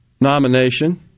nomination